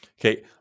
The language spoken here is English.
Okay